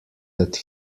that